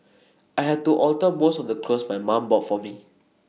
I had to alter most of the clothes my mum bought for me